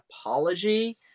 apology